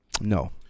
No